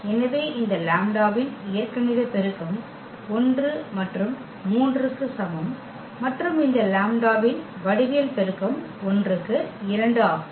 எனவே இந்த லாம்ப்டாவின் இயற்கணித பெருக்கம் 1 மற்றும் 3 க்கு சமம் மற்றும் இந்த லாம்ப்டாவின் வடிவியல் பெருக்கம் 1 க்கு 2 ஆகும்